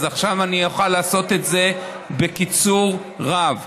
עכשיו אני אוכל לעשות את זה בקיצור רב.